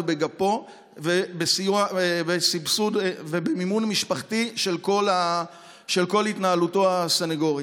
ובגפו ובסבסוד ובמימון משפחתי של כל התנהלותו הסנגורית.